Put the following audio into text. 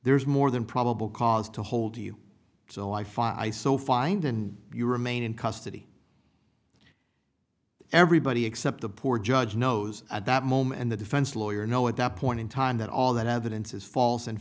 there's more than probable cause to hold you to life i so find and you remain in custody everybody except the poor judge knows at that moment and the defense lawyer know at that point in time that all that evidence is false and